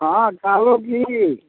हॅं कहलहुॅं कि